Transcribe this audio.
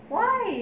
why